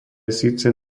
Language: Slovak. síce